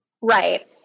Right